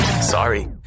Sorry